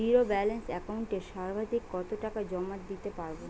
Zero balance একাউন্টে সর্বাধিক কত টাকা জমা দিতে পারব?